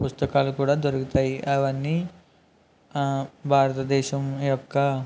పుస్తకాలు కూడా దొరుకుతాయి అవన్నీ భారతదేశం యొక్క